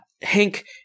Hank